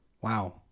Wow